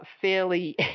fairly